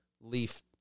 leaf